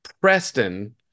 Preston